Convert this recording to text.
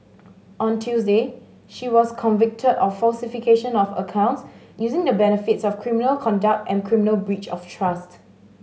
on Tuesday she was convicted of falsification of accounts using the benefits of criminal conduct and criminal breach of trust